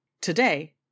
Today